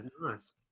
nice